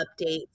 updates